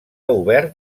obert